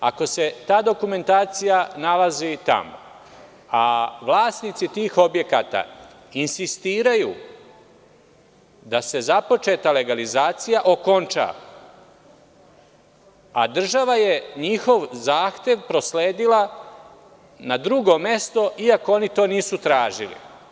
Ako se ta dokumentacija nalazi tamo, a vlasnici tih objekata insistiraju da se započeta legalizacija okonča, a država je njihov zahtev prosledila na drugo mesto iako oni to nisu tražili.